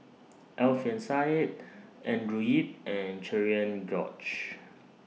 Alfian Sa'at Andrew Yip and Cherian George